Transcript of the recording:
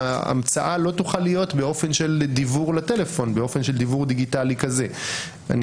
ההמצאה לא תוכל להיות באופן של דיוור דיגיטלי לטלפון.